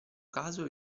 caso